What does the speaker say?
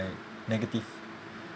negative